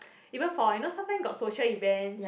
even for you know sometime got social event